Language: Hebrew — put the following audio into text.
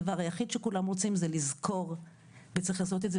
הדבר היחיד שכולם רוצים זה לזכור וצריך לעשות את זה